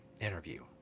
interview